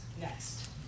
next